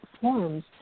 forms